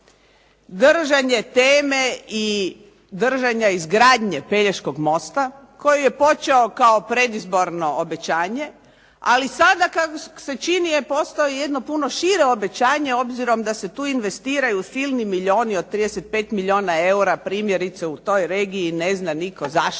držanje teme i držanje izgradnje Pelješkog mosta koji je počeo kao predizborno obećanje, ali kako se čini je postao jedno puno šire obećanje obzirom da se tu investiraju silni milijuni od 35 milijuna eura primjerice u toj regiji, ne zna nitko zašto